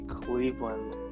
Cleveland